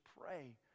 pray